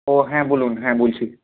ও হ্যাঁ বলুন হ্যাঁ বলছি